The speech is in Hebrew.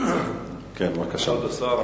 כבוד השר,